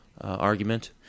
argument